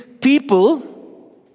people